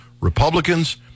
Republicans